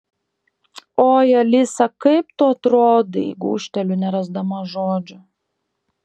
oi alisa kaip tu atrodai gūžteliu nerasdama žodžių